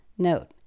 note